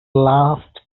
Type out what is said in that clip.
last